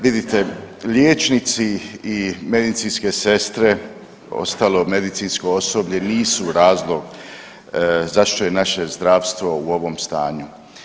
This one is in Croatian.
Vidite liječnici i medicinske sestre, ostalo medicinsko osoblje nisu razlog zašto je naše zdravstvo u ovom stanju.